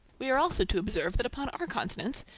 we are also to observe that upon our continent,